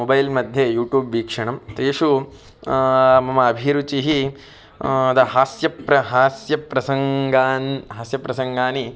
mobile मध्ये YouTube वीक्षणं तेषु मम अभिरुचिः द हास्यं प्र हास्यप्रसङ्गाननि हास्यप्रसङ्गानि